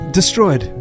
destroyed